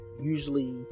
usually